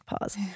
pause